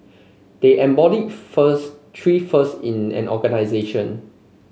they embody first three first in an organisation